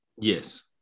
yes